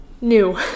new